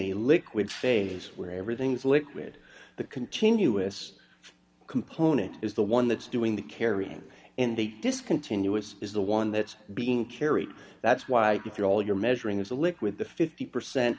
a liquid phase where everything's liquid the continuous component is the one that's doing the carrying and the discontinuous is the one that's being carried that's why if you're all you're measuring as a liquid the fifty percent